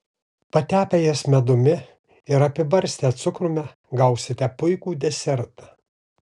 patepę jas medumi ar apibarstę cukrumi gausite puikų desertą